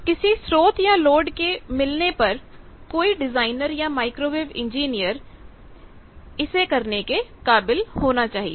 तो किसी स्रोत या लोड के मिलने पर कोई डिजाइनर या माइक्रोवेव इंजीनियर इसे करने के काबिल होना चाहिए